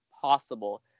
possible